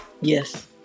Yes